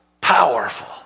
powerful